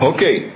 Okay